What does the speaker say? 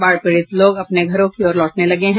बाढ़ पीड़ित लोग अब अपने घरों की ओर लौटने लगे हैं